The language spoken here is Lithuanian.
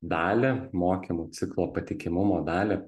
dalį mokymų ciklo patikimumo dalį